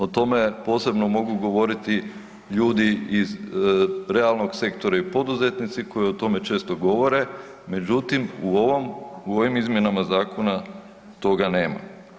O tome posebno mogu govoriti ljudi iz realnog sektora i poduzetnici koji o tome često govore, međutim, u ovom, u ovim izmjenama zakona toga nema.